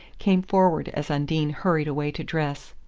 came forward as undine hurried away to dress.